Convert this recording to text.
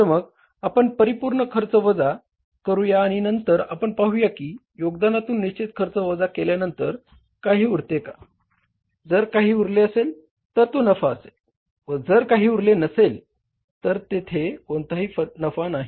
तर मग आपण परिपूर्ण खर्च वजा करूया आणि नंतर आपण पाहूया की योगदानातून निश्चित खर्च वजा केल्यानंतर काही उरते का जर काही उरले असेल तर तो नफा असेल व जर काही उरले नसेल तर तेथे कोणताही नफा नाही